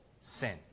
sin